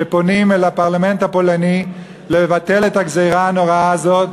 שפונים אל הפרלמנט הפולני לבטל את הגזירה הנוראה הזאת.